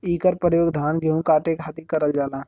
इकर परयोग धान गेहू काटे खातिर करल जाला